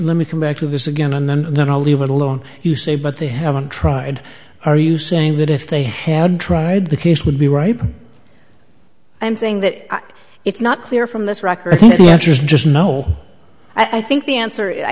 let me come back to this again and then i'll leave it alone you say but they haven't tried are you saying that if they had tried the case would be right i'm saying that it's not clear from this record just no i think the answer i